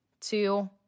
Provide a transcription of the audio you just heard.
two